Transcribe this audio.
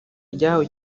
ryahawe